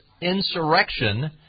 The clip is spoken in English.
insurrection